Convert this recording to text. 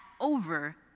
over